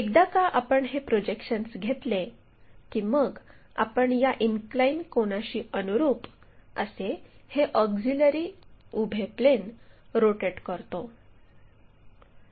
एकदा का आपण हे प्रोजेक्शन्स घेतले की मग आपण या इनक्लाइन कोनाशी अनुरूप असे हे ऑक्झिलिअरी उभे प्लेन रोटेट करतो